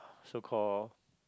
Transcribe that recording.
so call